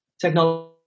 technology